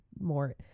more